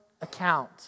account